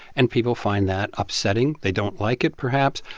and people find that upsetting. they don't like it, perhaps.